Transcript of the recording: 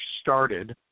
started